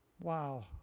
Wow